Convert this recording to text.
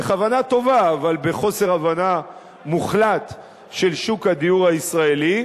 בכוונה טובה אבל בחוסר הבנה מוחלט של שוק הדיור הישראלי,